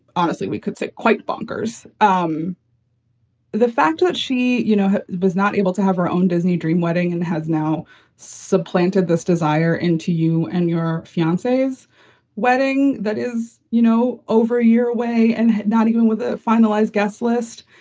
honestly, we could set quite bonkers um the fact that she you know was not able to have her own disney dream wedding and has now supplanted this desire into you and your fiance's wedding, that is, you know, over a year away and not even with a finalized guest list.